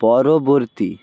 পরবর্তী